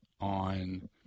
on